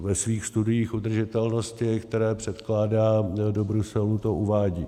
Ve svých studiích udržitelnosti, které předkládá do Bruselu, to uvádí.